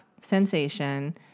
sensation